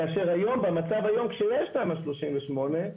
כאשר במצב היום כשיש תמ"א 38,